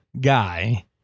guy